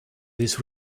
this